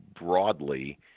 broadly